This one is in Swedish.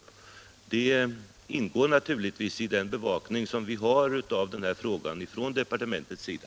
En sådan åtgärd ingår naturligtvis också i departementets uppgift när det gäller att bevaka den här frågan.